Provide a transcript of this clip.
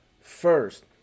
first